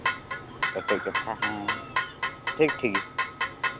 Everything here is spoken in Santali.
ᱯᱚᱴᱚᱡ ᱠᱟᱛᱷᱟ ᱦᱮᱸ ᱴᱷᱤᱠ ᱴᱷᱤᱠᱜᱮᱭᱟ